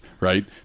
right